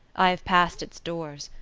i have passed its doors.